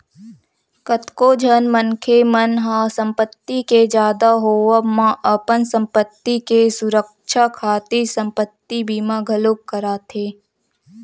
कतको झन मनखे मन ह संपत्ति के जादा होवब म अपन संपत्ति के सुरक्छा खातिर संपत्ति बीमा घलोक कराथे